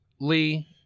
Lee